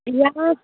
गैया